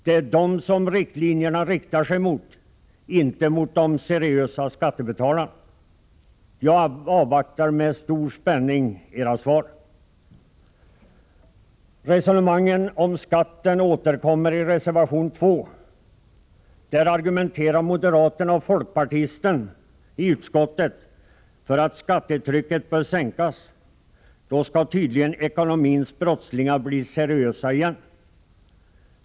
Det är mot dem som förslagen riktar sig — inte mot de seriösa skattebetalarna. Jag avvaktar med stor spänning era svar. Resonemanget om skatter återkommer i reservation 2. I denna argumenterar moderaterna och folkpartisten i utskottet för att skattetrycket bör sänkas — då skulle tydligen ekonomins brottslingar bli seriösa igen.